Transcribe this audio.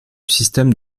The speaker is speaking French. système